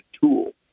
tool